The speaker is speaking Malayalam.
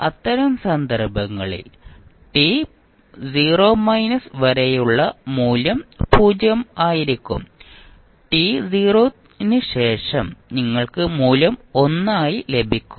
അത്തരം സന്ദർഭങ്ങളിൽ വരെയുള്ള മൂല്യം 0 ആയിരിക്കും ന് ശേഷം നിങ്ങൾക്ക് മൂല്യം 1 ആയി ലഭിക്കും